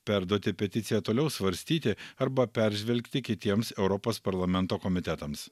perduoti peticiją toliau svarstyti arba peržvelgti kitiems europos parlamento komitetams